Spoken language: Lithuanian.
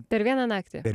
per vieną naktį